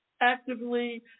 Actively